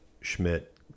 Schmidt